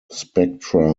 spectra